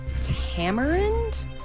Tamarind